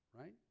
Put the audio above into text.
right